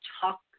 talk